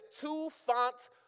two-fonts